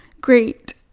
great